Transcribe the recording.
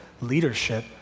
leadership